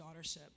daughtership